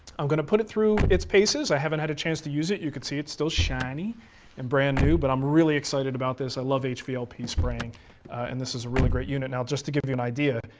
i'm going to put it through it's paces. i haven't had a chance to use it, you can see it's still shiny and brand new, but i'm really excited about this. i love hvlp and spraying and this is a really great unit. now, just to give you an idea,